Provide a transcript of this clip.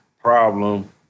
problem